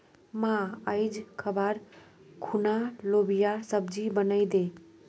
मां, आइज खबार खूना लोबियार सब्जी बनइ दे